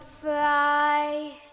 fly